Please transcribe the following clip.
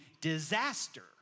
disaster